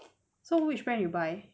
so which brand you buy